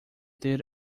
ter